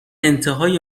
انتهای